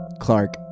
Clark